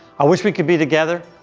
i wish we could be together,